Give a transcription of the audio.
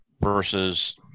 versus